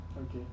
Okay